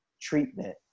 treatment